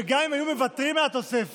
וגם אם היו מוותרים על התוספת,